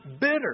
bitter